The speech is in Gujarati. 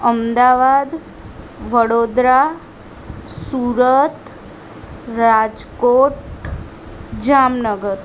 અમદાવાદ વડોદરા સુરત રાજકોટ જામનગર